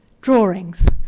drawings